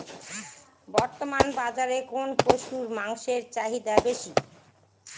বর্তমান বাজারে কোন পশুর মাংসের চাহিদা বেশি?